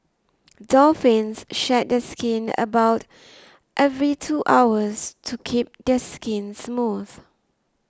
dolphins shed their skin about every two hours to keep their skin smooth